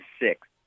six